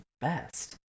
best